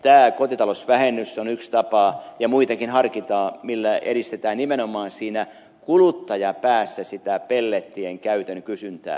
tämä kotitalousvähennys on yksi tapa ja muitakin harkitaan millä edistetään nimenomaan siinä kuluttajapäässä sitä pellettien käytön kysyntää